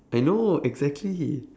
I know exactly